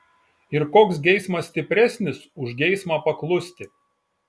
ir koks geismas stipresnis už geismą paklusti